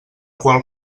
qual